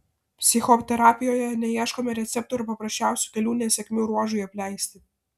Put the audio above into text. psichoterapijoje neieškome receptų ar paprasčiausių kelių nesėkmių ruožui apleisti